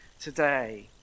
today